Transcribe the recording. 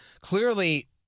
Clearly